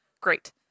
Great